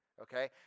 okay